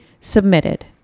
submitted